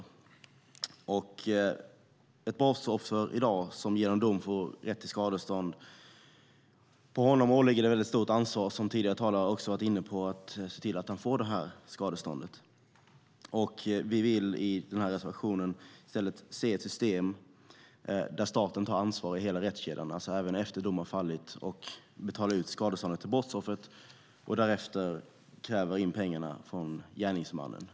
I dag ligger det ett mycket stort ansvar på ett brottsoffer som genom dom får rätt till skadestånd att se till att man får det här skadeståndet, vilket tidigare talare också har varit inne på. I den här reservationen vill vi i stället se ett system där staten tar ansvar i hela rättskedjan, det vill säga även efter dom har fallit, och betalar ut skadeståndet till brottsoffret och därefter kräver in pengarna från gärningsmannen.